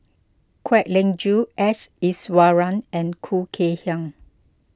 Kwek Leng Joo S Iswaran and Khoo Kay Hian